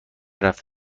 رفت